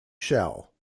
shall